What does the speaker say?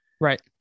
Right